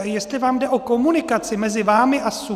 Jestli vám jde o komunikaci mezi vámi a SÚKL?